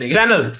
Channel